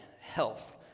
health